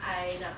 I nak